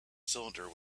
cylinder